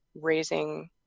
raising